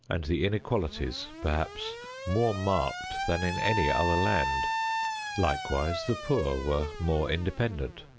and the inequalities perhaps more marked than in any other land likewise the poor were more independent.